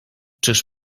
czyż